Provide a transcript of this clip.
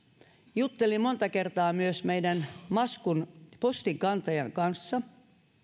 juttelin monta kertaa myös meidän maskun postinkantajan kanssa